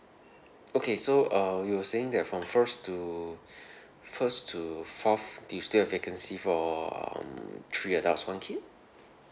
okay so uh you were saying that from first to first to fourth do you still have vacancy for um three adults one kid